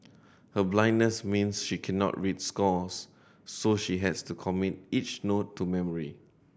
her blindness means she cannot read scores so she has to commit each note to memory